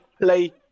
play